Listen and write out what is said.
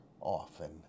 often